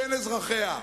בין אזרחיה,